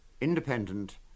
Independent